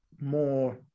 more